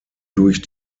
durch